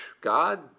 God